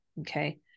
Okay